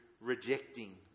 rejecting